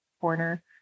corner